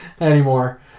anymore